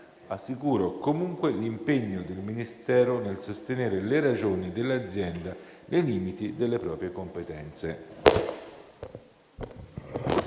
Assicuro comunque l'impegno del Ministero nel sostenere le ragioni dell'azienda nei limiti delle proprie competenze.